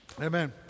Amen